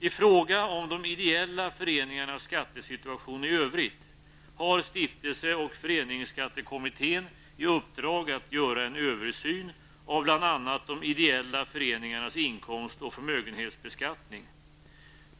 I fråga om de ideella föreningarnas skattesituation i övrigt har stiftelse och föreningsskattekommittén de ideella föreningarnas inkomst och förmögenhetsbeskattning.